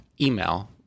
email